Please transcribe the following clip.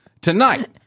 Tonight